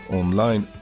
online